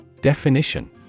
Definition